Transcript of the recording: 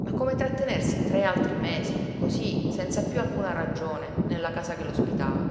ma come trattenersi tre altri mesi cosí senza piú alcuna ragione nella casa che l'ospitava